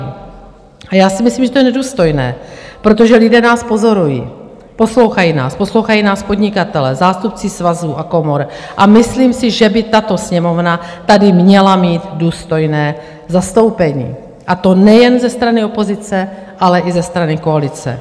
A já si myslím, že to je nedůstojné, protože lidé nás pozorují, poslouchají nás, poslouchají nás podnikatelé, zástupci svazů a komor, a myslím si, že by tato Sněmovna tady měla mít důstojné zastoupení, a to nejen ze strany opozice, ale i ze strany koalice.